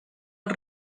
els